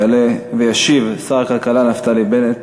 יעלה שר הכלכלה נפתלי בנט